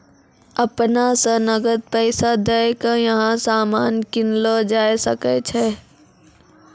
अपना स नकद पैसा दै क यहां सामान कीनलो जा सकय छै